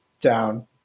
down